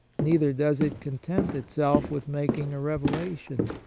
neither does it content itself with making a revelation.